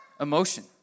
emotion